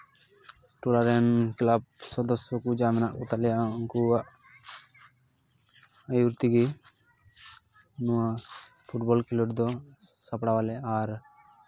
ᱴᱚᱞᱟ ᱨᱮᱱ ᱠᱞᱟᱵ ᱥᱚᱫᱚᱥᱥᱚ ᱠᱚ ᱡᱟ ᱢᱮᱱᱟᱜ ᱠᱚᱛᱟ ᱞᱮᱭᱟ ᱩᱱᱠᱩᱣᱟᱜ ᱟᱹᱭᱩᱨ ᱛᱮᱜᱮ ᱱᱚᱣᱟ ᱯᱷᱩᱴᱵᱚᱞ ᱠᱷᱮᱞᱳᱰ ᱫᱚ ᱥᱟᱯᱲᱟᱣ ᱟᱞᱮ ᱟᱨ